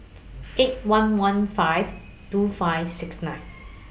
eight one one five two five six nine